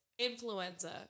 influenza